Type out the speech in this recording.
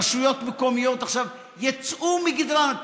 רשויות מקומיות עכשיו יצאו מגדרן,